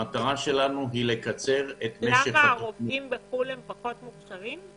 המטרה שלנו היא לקצר את --- הרופאים בחו"ל פחות מוכשרים?